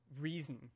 reason